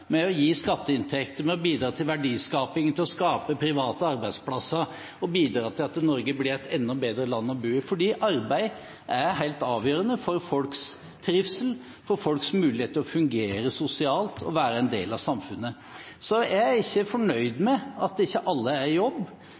med å gi skatteinntekter, til verdiskapingen, til å skape private arbeidsplasser og til at Norge blir et enda bedre land å bo i. For arbeid er helt avgjørende for folks trivsel, for folks mulighet til å fungere sosialt og være en del av samfunnet. Jeg er ikke fornøyd med at ikke alle er i jobb,